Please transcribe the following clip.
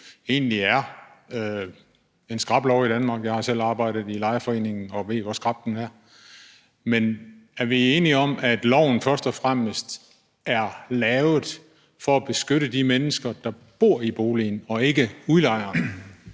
egentlig er en skrap lov i Danmark. Jeg har selv arbejdet i en lejerforening, og jeg ved, hvor skrap loven er. Men er vi enige om, at loven først og fremmest er lavet for at beskytte de mennesker, der bor i boligen, og ikke udlejeren?